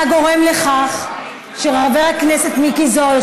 אתה גורם לכך שחבר הכנסת מיקי זוהר,